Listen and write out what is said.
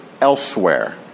elsewhere